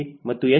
ಮತ್ತು ಎಷ್ಟು